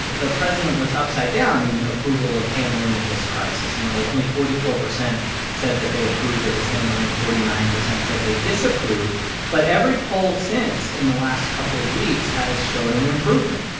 the president was upside-down in approval of handling of this crisis. you know, only forty four percent said that they approved of his handling. forty-nine percent said they disapproved but every poll since in the last couple of weeks has shown an improvement.